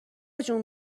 جون